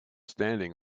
standing